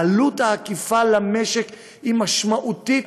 העלות העקיפה למשק היא משמעותית,